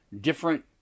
different